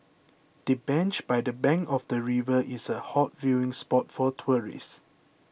the bench by the bank of the river is a hot viewing spot for tourists